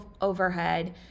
overhead